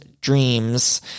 dreams